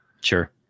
Sure